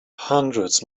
hundreds